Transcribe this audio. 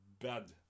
bad